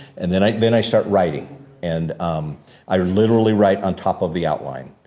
and then i, then i start writing and um i literally write on top of the outline.